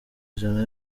ijana